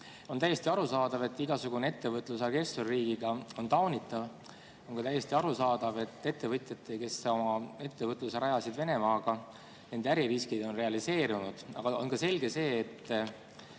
On täiesti arusaadav, et igasugune ettevõtlus agressorriigiga on taunitav. On ka täiesti arusaadav, et ettevõtjatel, kes oma ettevõtluse rajasid [suhetele] Venemaaga, on nende äririskid realiseerunud. Aga on ka selge, et